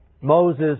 Moses